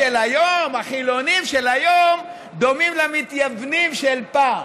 החילונים של היום דומים למתייוונים של פעם.